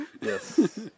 Yes